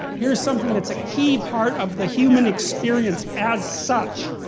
here's something that's a key part of the human experience, as such.